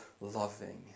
loving